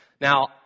Now